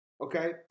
Okay